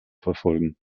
verfolgen